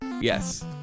Yes